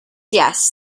yes